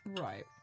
Right